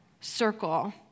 circle